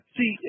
See